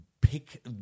pick